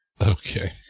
okay